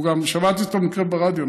שמעתי אותו במקרה ברדיו,